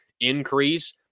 increase